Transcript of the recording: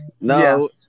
No